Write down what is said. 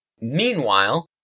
Meanwhile